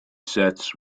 sets